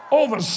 over